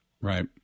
Right